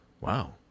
wow